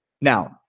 Now